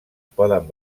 poden